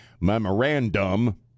memorandum